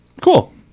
Cool